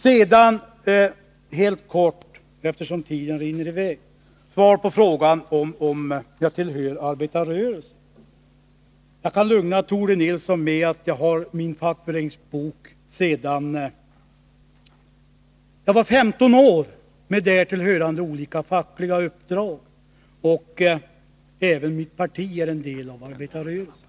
Sedan helt kort, eftersom tiden rinner i väg, svar på frågan om jag tillhör arbetarrörelsen. Jag kan lugna Tore Nilsson med att jag har min fackföreningsbok sedan jag var 15 år, med därtill hörande olika fackliga uppdrag. Även mitt parti är en del av arbetarrörelsen.